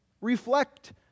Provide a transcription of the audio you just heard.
reflect